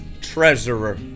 treasurer